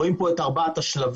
רואים כאן את ארבעת השלבים.